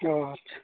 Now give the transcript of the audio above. अ आटसा